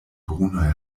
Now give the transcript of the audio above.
brunaj